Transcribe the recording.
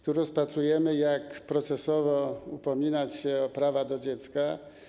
Tu rozpatrujemy to, jak procesowo upominać się o prawa do dziecka.